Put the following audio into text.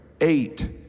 Eight